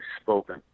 spoken